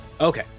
Okay